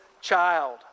child